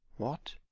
what?